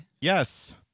Yes